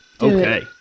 Okay